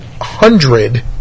hundred